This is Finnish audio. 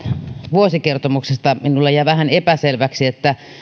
vuosikertomuksesta minulle jäi vähän epäselväksi